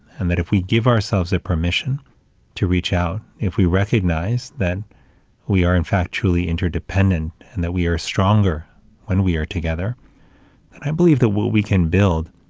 and that if we give ourselves that permission to reach out, if we recognize that we are, in fact, truly interdependent, and that we are stronger when we are together, then i believe that we can build